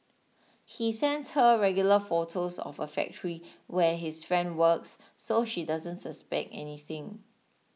he sends her regular photos of a factory where his friend works so she doesn't suspect anything